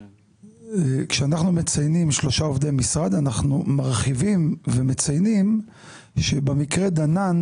כשאנחנו מציינים שלושה עובדי משרד אנחנו מרחיבים ומציינים שבמקרה דנן